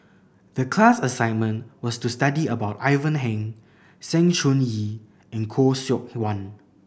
the class assignment was to study about Ivan Heng Sng Choon Yee and Khoo Seok Wan